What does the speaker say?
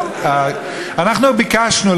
אנחנו ביקשנו,